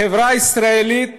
החברה הישראלית